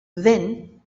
then